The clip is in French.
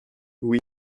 oui